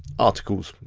articles,